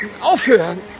Aufhören